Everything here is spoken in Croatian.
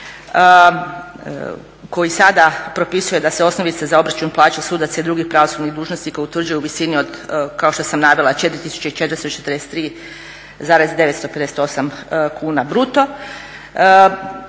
koji sada propisuje da se osnovice za obračun plaća sudaca i drugih pravosudnih dužnosnika utvrđuje u visini od kao što sam navela 4443,958 kuna bruto.